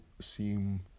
seem